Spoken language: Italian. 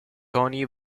tony